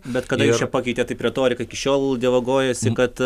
bet kada jūs čia pakeitėt taip retoriką iki šiol dievagojosi kad